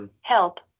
help